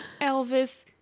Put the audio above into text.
Elvis